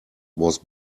was